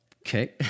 okay